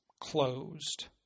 closed